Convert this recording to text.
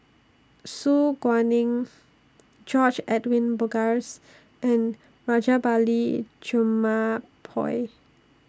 Su Guaning George Edwin Bogaars and Rajabali Jumabhoy